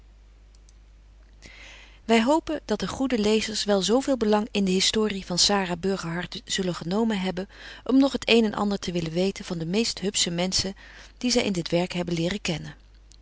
wy hopen dat de goede lezers wel zo veel belang in de historie van s a r a b u r g e r h a r t zullen genomen hebben om nog het een en ander te willen weten van de meeste hupsche menschen die zy in dit werk hebben leren kennen